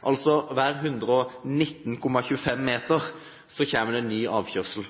Altså: For hver 119,25 meter kommer det en ny avkjørsel,